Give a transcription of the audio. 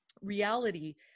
reality